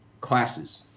classes